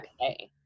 okay